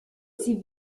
sie